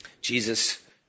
Jesus